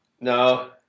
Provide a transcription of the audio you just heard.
No